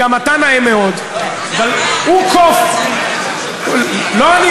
אני לא נאה?